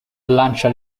lancia